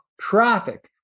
traffic